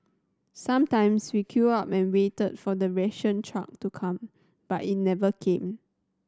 sometimes we queued up and waited for the ration truck to come but it never came